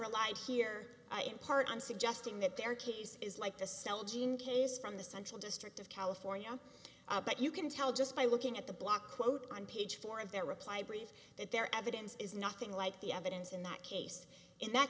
relied here in part on suggesting that their case is like the cell gene case from the central district of california but you can tell just by looking at the blockquote on page four of their reply brief that their evidence is nothing like the evidence in that case in that